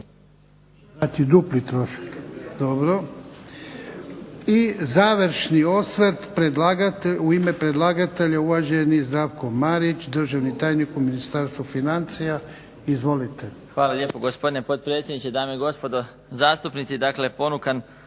Hvala lijepo, gospodine potpredsjedniče. Dame i gospodo zastupnici. Dakle, ponukan